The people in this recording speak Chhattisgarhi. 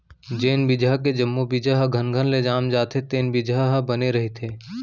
जेन बिजहा के जम्मो बीजा ह घनघन ले जाम जाथे तेन बिजहा ह बने रहिथे